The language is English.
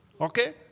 Okay